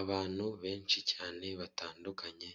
Abantu benshi cyane batandukanye